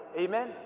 Amen